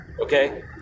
okay